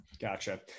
Gotcha